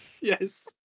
Yes